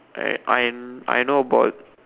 I I I know about